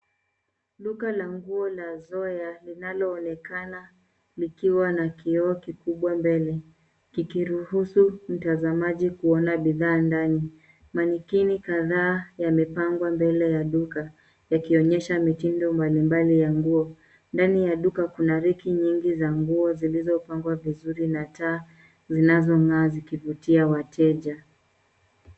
Duka la nguo la Zoya linaloonekana likiwa na kioo kikubwa mbele, kikiruhusu mtazamaji kuona bidhaa ndani. Manekini kadhaa yamepangwa mbele ya duka, yakionyesha mitindo mbalimbali ya nguo. Ndani ya duka kuna reki nyingi za nguo zilizopangwa vizuri, na taa zinazong'aa zikivutia wateja.